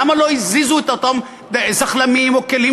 למה לא הזיזו את אותם זחל"מים או כלים